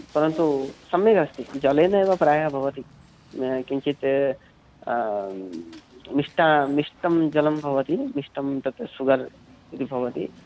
परन्तु सम्यगस्ति जलेनैव प्रायः भवति किञ्चित् मिष्टं मिष्टं जलं भवति मिष्टं तत् सुगर् इति भवति